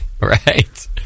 right